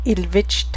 Ilvich